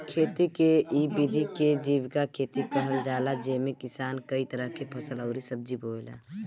खेती के इ विधि के जीविका खेती कहल जाला जेमे किसान कई तरह के फसल अउरी सब्जी बोएला